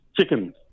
chickens